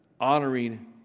honoring